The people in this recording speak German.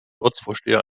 ortsvorsteher